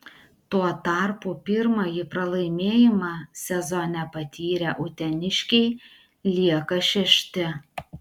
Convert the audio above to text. tuo tarpu pirmąjį pralaimėjimą sezone patyrę uteniškiai lieka šešti